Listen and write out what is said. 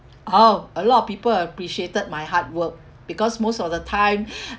oh a lot of people appreciated my hard work because most of the time